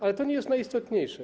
Ale to nie jest najistotniejsze.